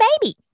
baby